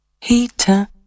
heater